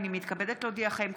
הינני מתכבדת להודיעכם,